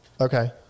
Okay